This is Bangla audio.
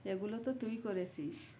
এগুলো তো তুই করেছিস